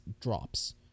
drops